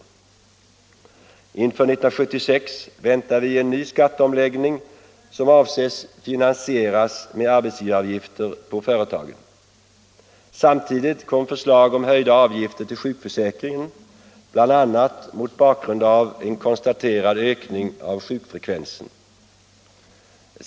Inför 1976 väntar vi en ny skatteomläggning som avses bli finansierad med arbetsgivaravgifter på företagen. Samtidigt kommer förslag om höjda avgifter till sjukförsäkringen bl.a. på grund av en konstaterad ökning av sjukfrekvensen.